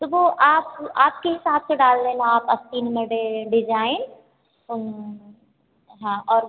तो वह आप आपके हिसाब से डाल देना आप आस्तीन में डिज़ाइन हाँ और